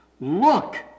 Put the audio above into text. Look